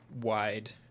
wide